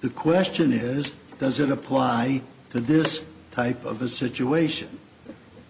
the question is does it apply to this type of a situation